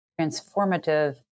transformative